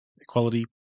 equality